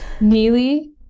Neely